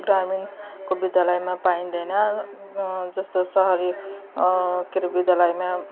ग्रामीणको विद्यालयमा पाइँदैन जस्तो सहरी के अरे विद्यालयमा